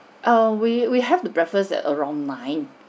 err we we have the breakfast at around nine